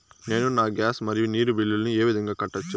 నేను నా గ్యాస్, మరియు నీరు బిల్లులను ఏ విధంగా కట్టొచ్చు?